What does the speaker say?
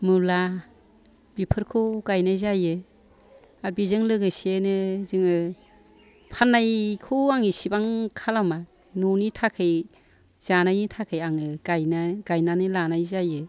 मुला बिफोरखौ गायनाय जायो आरो बेजों लोगोसेयैनो जोङो फान्नायखौ आं एसेबां खालामा न'नि थाखाय जानायनि थाखाय आङो गायनानै लानाय जायो